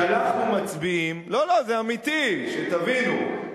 שלחנו מצביעים, לא, לא, זה אמיתי, שתבינו.